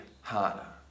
harder